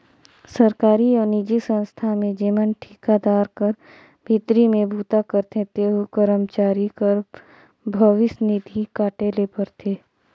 सरकारी अउ निजी संस्था में जेमन ठिकादार कर भीतरी में बूता करथे तेहू करमचारी कर भविस निधि काटे ले परथे